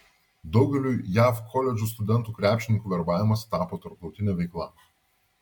daugeliui jav koledžų studentų krepšininkų verbavimas tapo tarptautine veikla